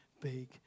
big